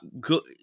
good